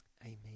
Amen